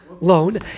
loan